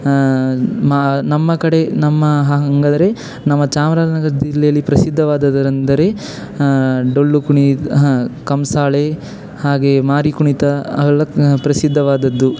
ಮಾ ನಮ್ಮ ಕಡೆ ನಮ್ಮ ಹಾಗಾದ್ರೆ ನಮ್ಮ ಚಾಮರಾಜನಗರ ಜಿಲ್ಲೆಯಲ್ಲಿ ಪ್ರಸಿದ್ಧವಾದವರೆಂದರೆ ಡೊಳ್ಳು ಕುಣೀ ಹಾಂ ಕಂಸಾಳೆ ಹಾಗೆಯೇ ಮಾರಿಕುಣಿತ ಅವೆಲ್ಲ ಪ್ರಸಿದ್ಧವಾದದ್ದು